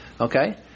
Okay